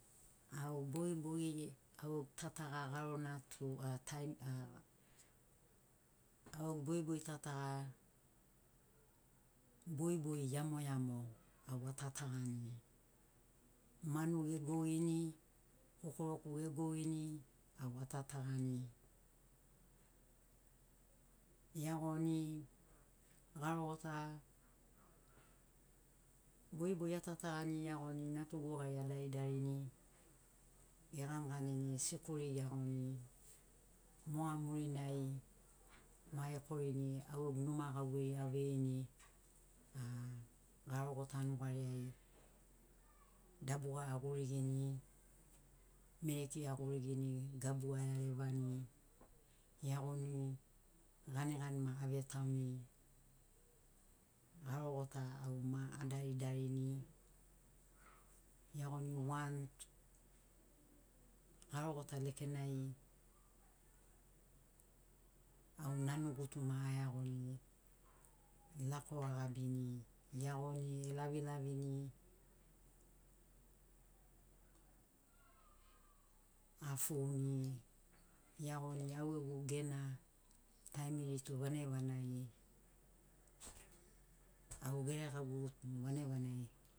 Au bogibogi au gegu tataga garona tu a taim a au bogibogi tataga bogibogi iamoiamo au atatagani manu egogini kokoroku egogini au atatagani eagoni garogota bogibogi atatagani eagoni natugu gari adaridarini eganiganini sikuri eagoni moga murinai ma ekorini au gegu numa gauveiri aveini a garogota nugariai dabuga agurigini mereki agurigini gabu aearevani eagoni ganigani ma avetauni garogota au ma adaridarini eagoni 1 t garogota lekenai au nanu gutu ma aeagoni lako agabini eagoni elavilavini afouni eagoni au gegu gena taimiri tu vanagi vanagi au geregau vanagi vanagi